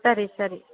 ಸರಿ ಸರಿ